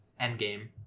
Endgame